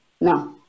no